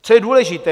Co je důležité?